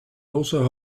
also